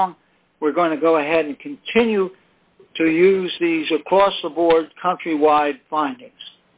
wrong we're going to go ahead and continue to use these across the board countrywide findings